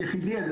היחידי.